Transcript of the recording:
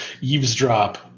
eavesdrop